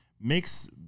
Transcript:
makes